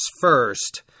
first